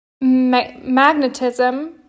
magnetism